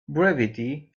brevity